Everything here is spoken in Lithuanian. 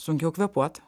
sunkiau kvėpuot